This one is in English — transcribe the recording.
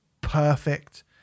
perfect